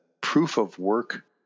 proof-of-work